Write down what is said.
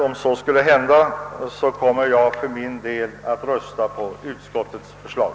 Om så skulle bli fallet, kommer jag för min del att rösta på utskottets förslag.